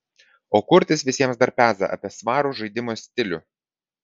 o kurtis visiems dar peza apie svarų žaidimo stilių